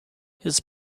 his